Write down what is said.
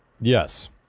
Yes